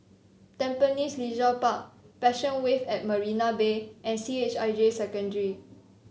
Tampines Leisure Park Passion Wave at Marina Bay and C H I J Secondary